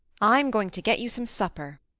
i'm going to get you some supper.